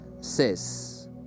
says